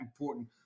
important